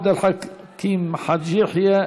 עבד אל חכים חאג' יחיא,